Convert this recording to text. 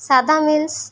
ସାଧା ମିଲ୍ସ